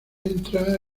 entra